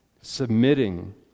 submitting